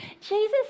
Jesus